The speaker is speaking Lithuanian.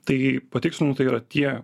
taigi patikslinu tai yra tie